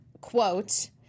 quote